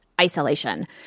isolation